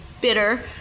bitter